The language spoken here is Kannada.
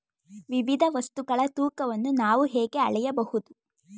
ವಿವಿಧ ವಸ್ತುಗಳ ತೂಕವನ್ನು ನಾವು ಹೇಗೆ ಅಳೆಯಬಹುದು?